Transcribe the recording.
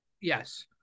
Yes